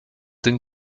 den